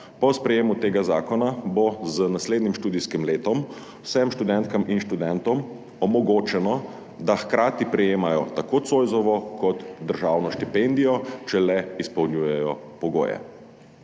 Po sprejetju tega zakona bo z naslednjim študijskim letom vsem študentkam in študentom omogočeno, da hkrati prejemajo tako Zoisovo kot državno štipendijo, če le izpolnjujejo pogoje.